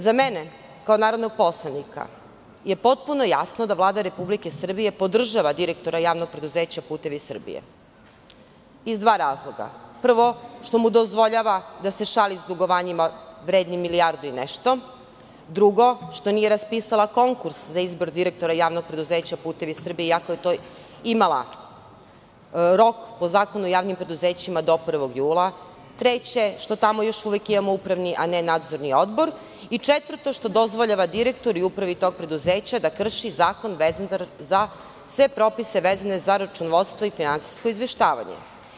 Za mene, kao narodnog poslanika, potpuno je jasno da Vlada Republike Srbije podržava direktora JP "Putevi Srbije", iz sledećih razloga: prvo - što mu dozvoljava da se šali sa dugovanjima vrednim milijardu i nešto, drugo - što nije raspisala konkurs za izbor direktora JP "Putevi Srbije", iako je imala rok, po Zakonu o javnim preduzećima, do 1. jula, treće - što tamo još imamo upravni, a ne nadzorni odbor i četvrto - što dozvoljava direktoru i upravi tog preduzeća da krši zakon vezano za sve propise vezane za računovodstvo i finansijsko izveštavanje.